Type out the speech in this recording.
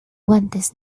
guantes